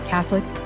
Catholic